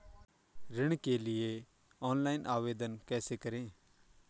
ऋण के लिए ऑनलाइन आवेदन कैसे करें?